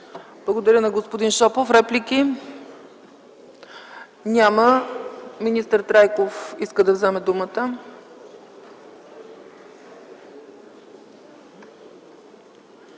Благодаря на господин Шопов. Реплики? Няма. Министър Трайков иска да вземе думата.